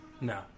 No